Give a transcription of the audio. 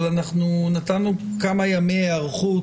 אבל אנחנו נתנו כמה ימי היערכות.